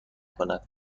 کند